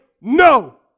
No